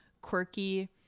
quirky